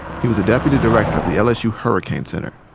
he was the deputy director of the lsu hurricane center.